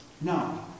No